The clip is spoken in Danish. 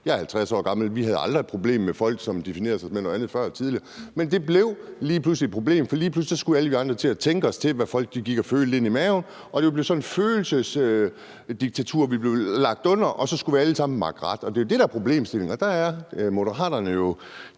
Jeg er 50 år gammel, og vi havde tidligere aldrig et problem med folk, som definerede sig som noget andet, men det blev lige pludselig et problem. For lige pludselig skulle alle vi andre til at tænke os til, hvad folk gik og følte inde i maven, og det blev sådan et følelsesdiktatur, vi blev lagt under, og så skulle vi alle sammen makke ret. Det er jo det, der er problemstillingen, og der er Moderaterne jo